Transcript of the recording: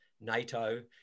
NATO